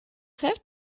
have